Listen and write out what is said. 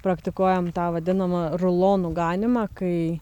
praktikuojam tą vadinamą rulonų ganymą kai